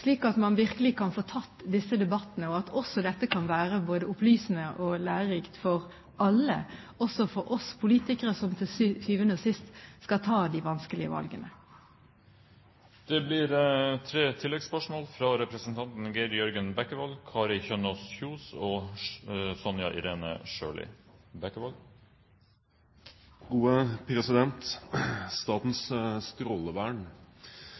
slik at man virkelig kan få tatt disse debattene, og slik at dette kan være både opplysende og lærerikt for alle, også for oss politikere, som til syvende og sist skal ta de vanskelige valgene. Det blir tre oppfølgingsspørsmål – først Geir Jørgen Bekkevold.